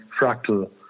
Fractal